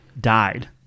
died